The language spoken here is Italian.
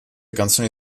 canzoni